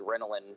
adrenaline